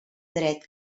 dret